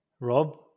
Rob